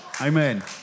Amen